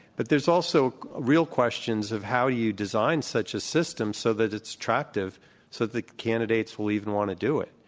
but there's also real questions of how you design such a system so that it's attractive so the candidates will even want to do it.